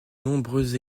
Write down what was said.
nombreux